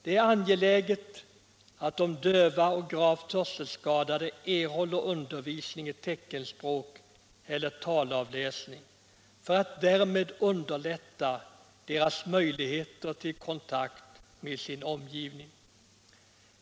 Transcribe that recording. Det är angeläget att de döva och gravt hörselskadade erhåller undervisning i teckenspråk eller talavläsning för att därmed öka sina möjligheter till kontakt med sin omgivning.